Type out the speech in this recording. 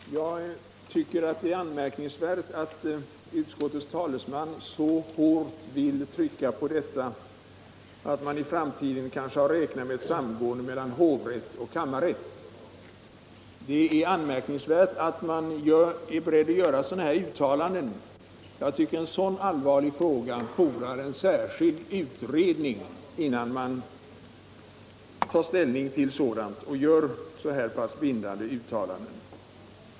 Herr talman! Jag tycker att det är anmärkningsvärt att utskottets talesman vill trycka så hårt på att vi i framtiden skall räkna med ett samgående av hovrätten och kammarrätten. Det är anmärkningsvärt att man är beredd att göra sådana uttalanden. Jag anser att en sådan allvarlig fråga fordrar en särskild utredning innan man tar ställning till den och gör så här pass bindande uttalanden.